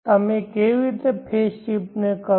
તમે કેવી રીતે ફેઝ શિફ્ટ કરશો